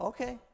Okay